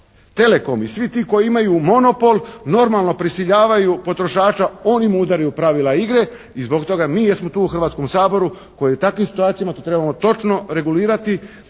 Telekom i svi ti koji imaju monopol normalno prisiljavaju potrošača on im udaraju pravila igre i zbog toga mi koji jer smo tu u Hrvatskom saboru koji u takvim situacijama to trebamo točno regulirati